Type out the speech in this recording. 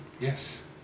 Yes